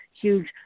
huge